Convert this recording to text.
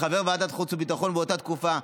כחבר ועדת החוץ והביטחון באותה תקופה: